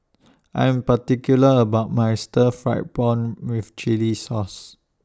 I Am particular about My Stir Fried Prawn with Chili Sauce